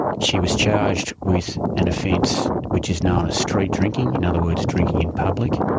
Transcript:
she was charged with an offence which is known as street drinking, in other words drinking in public.